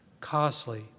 costly